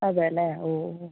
അതെ അല്ലേ ഓ ഓ ഓ